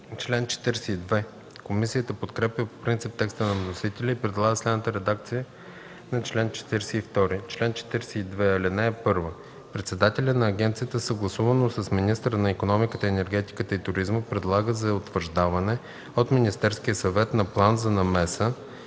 Член 42. Комисията подкрепя по принцип текста на вносителя и предлага следната редакция на чл. 42: „Чл. 42. (1) Председателят на агенцията съгласувано с министъра на икономиката, енергетиката и туризма предлага за утвърждаване от Министерския съвет на План за намеса